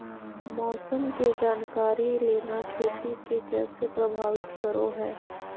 मौसम के जानकारी लेना खेती के कैसे प्रभावित करो है?